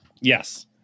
Yes